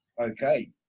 Okay